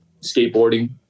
skateboarding